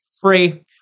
Free